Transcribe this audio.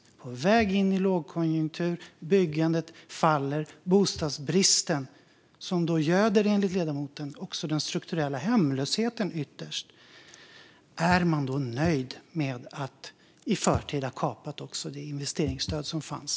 Vi är på väg in i lågkonjunktur. Byggandet faller. Det är bostadsbrist, som enligt ledamoten ytterst också göder den strukturella hemlösheten. Är man då nöjd med att i förtid ha kapat det investeringsstöd som fanns?